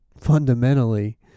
fundamentally